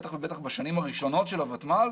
בטח בשנים הראשונות של הוותמ"ל,